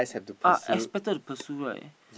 are expected to pursue right